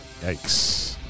Yikes